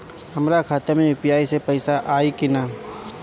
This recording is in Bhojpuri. हमारा खाता मे यू.पी.आई से पईसा आई कि ना?